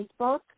Facebook